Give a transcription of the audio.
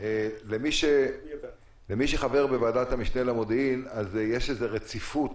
למי שחבר בוועדת המשנה למודיעין אז יש איזה רציפות